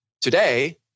today